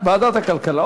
ועדת הכלכלה.